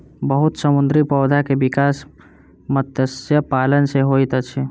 बहुत समुद्री पौधा के विकास मत्स्य पालन सॅ होइत अछि